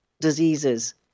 diseases